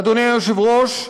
אדוני היושב-ראש,